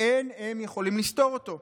ואין הם יכולים לסתור אותו.